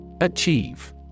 Achieve